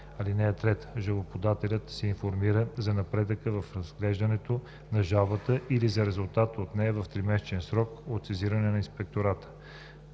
данни. (3) Жалбоподателят се информира за напредъка в разглеждането на жалбата или за резултата от нея в тримесечен срок от сезирането на инспектората.